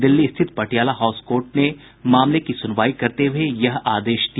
दिल्ली स्थित Patiala house court ने मामले की सुनवाई करते हुये यह आदेश दिया